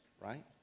right